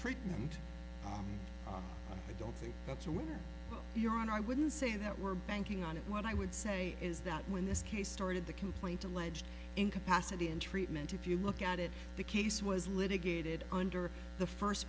treatment i don't think that's a what you're on i wouldn't say that we're banking on it what i would say is that when this case started the complaint alleged incapacity in treatment if you look at it the case was litigated under the first